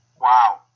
Wow